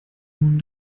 nun